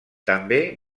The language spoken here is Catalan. també